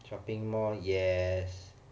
shopping mall yes